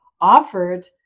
offered